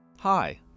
Hi